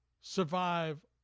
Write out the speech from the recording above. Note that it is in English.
survive